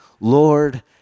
Lord